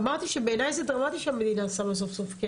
אמרתי שבעיניי זה דרמטי שהמדינה סוף-סוף שמה כסף.